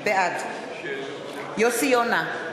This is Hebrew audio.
בעד יוסי יונה,